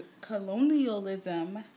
Colonialism